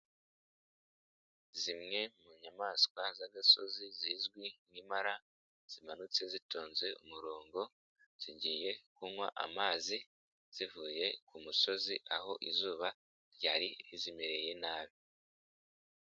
Zimwe mu nyamaswa z'agasozi zizwi nk'impara zimanutse zitonze umurongo, zigiye kunywa amazi zivuye ku musozi aho izuba ryari rizimereye nabi.